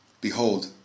Behold